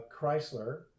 Chrysler